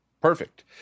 Perfect